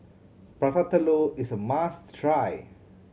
Prata Telur is a must try